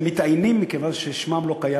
אנחנו משנים אפילו את שם החוק,